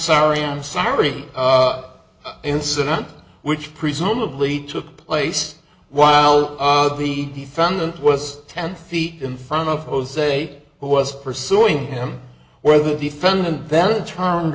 sorry i'm sorry incident which presumably took place while the defendant was ten feet in front of jose who was pursuing him where the defendant then turned